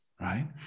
right